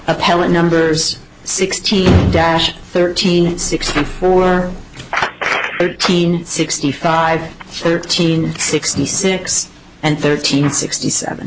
appellate numbers sixteen dash thirteen six thirteen sixty five thirteen sixty six and thirteen sixty seven